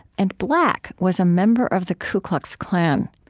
and black was a member of the ku klux klan.